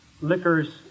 liquors